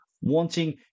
Wanting